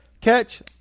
catch